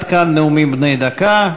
עד כאן נאומים בני דקה.